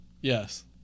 Yes